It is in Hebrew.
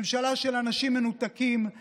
ממשלה של אנשים מנותקים,